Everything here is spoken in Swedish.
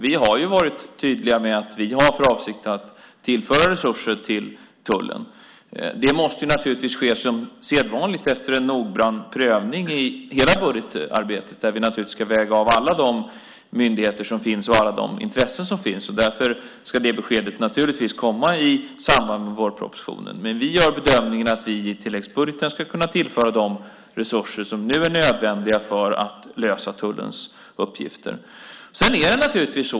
Vi har varit tydliga med att vi har för avsikt att tillföra resurser till tullen. Det måste naturligtvis ske sedvanligt efter en noggrann prövning i hela budgetarbetet, där vi ska väga av alla de myndigheter som finns och alla de intressen som finns. Därför ska det beskedet naturligtvis komma i samband med vårpropositionen. Men vi gör bedömningen att vi i tilläggsbudgeten ska kunna tillföra de resurser som nu är nödvändiga för att lösa tullens uppgifter.